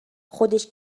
خودش